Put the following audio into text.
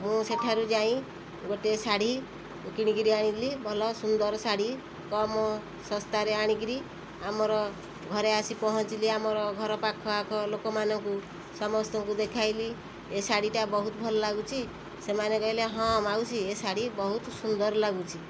ମୁଁ ସେଠାରୁ ଯାଇ ଗୋଟେ ଶାଢ଼ୀ କିଣିକିରି ଆଣିଲି ଭଲ ସୁନ୍ଦର ଶାଢ଼ୀ କମ ଶସ୍ତାରେ ଆଣିକିରି ଆମର ଘରେ ଆସି ପହଞ୍ଚିଲି ଆମର ଘର ଆଖପାଖ ଲୋକମାନକୁ ସମସ୍ତଙ୍କୁ ଦେଖାଇଲି ଏ ଶାଢ଼ୀଟା ବହୁତ ଭଲ ଲାଗୁଛି ସେମାନେ କହିଲେ ହଁ ମାଉସୀ ଏ ଶାଢ଼ୀ ବହୁତ ସୁନ୍ଦର୍ ଲାଗୁଛି